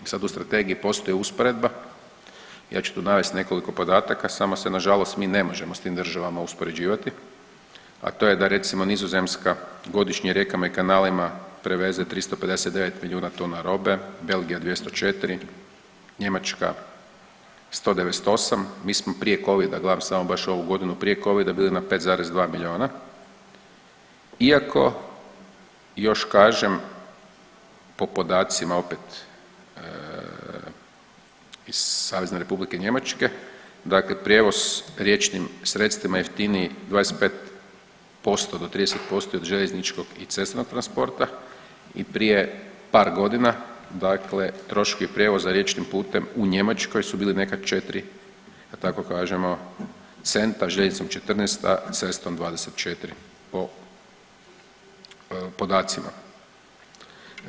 Sad u strategiji postoji usporedba, ja ću tu navest nekoliko podataka samo se nažalost mi ne možemo s tim državama uspoređivati, a to je da recimo Nizozemska godišnje rijekama i kanalima preveze 359 milijuna tona robe, Belgija 204, Njemačka 198, mi smo prije covida, gledam samo baš ovu godinu prije covida bili na 5,2 milijuna iako još kažem po podacima opet iz Savezne Republike Njemačke, dakle prijevoz riječnim sredstvima jeftiniji je 25% do 30% od željezničkog i cestovnog transporta i prije par godina, dakle troškovi prijevoza riječnim putem u Njemačkoj su bili nekad 4 da tako kažemo centa, željeznicom 14, a cestom 24 po podacima.